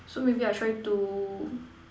so maybe I try to